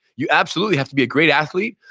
you absolutely have to be a great athlete,